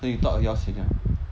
so you thought of yours already or not